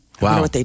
Wow